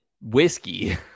whiskey